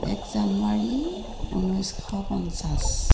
এক জানুৱাৰী ঊনৈছশ পঞ্চাছ